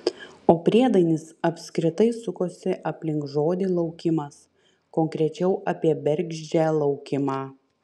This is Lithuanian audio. o priedainis apskritai sukosi aplink žodį laukimas konkrečiau apie bergždžią laukimą